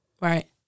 Right